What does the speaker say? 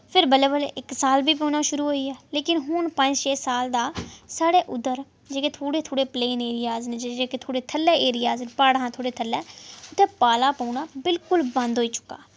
फिर बल्ले बल्ले इक साल बी पौना शुरु होईआ लेकिन हून पंज छे साल दा साढ़े उद्धर थोह्ड़े थोह्ड़े पलेन एरियास न प्हाड़ां हा जेह्ड़े थोह्ड़े थल्लै उत्थैं पाला पौना बिल्कुल बंद होई चुका